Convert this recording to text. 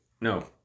no